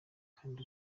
kandi